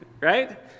right